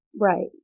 Right